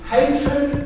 Hatred